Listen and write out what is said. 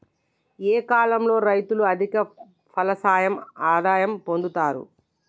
ఏ కాలం లో రైతులు అధిక ఫలసాయం ఆదాయం పొందుతరు?